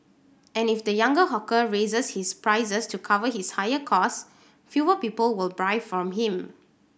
and if the younger hawker raises his prices to cover his higher cost fewer people will buy from him